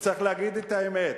וצריך להגיד את האמת,